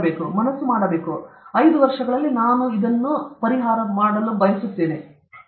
ಮನಸ್ಸು ಮಾಡಬೇಕು ಐದು ವರ್ಷಗಳಲ್ಲಿ ನಾನು ಮಾಡಲು ಬಯಸುತ್ತೇನೆ ಅದು ಹತ್ತು ವರ್ಷಗಳು ಸರಿ ಎಂದು ನಾನು ಬಯಸುತ್ತೇನೆ